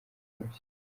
mushya